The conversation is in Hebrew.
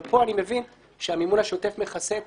אבל פה אני מבין שהמימון השוטף מכסה את